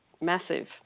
Massive